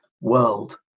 world